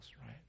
right